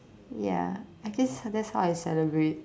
ya I guess that's how I celebrate